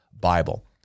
Bible